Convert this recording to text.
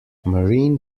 marine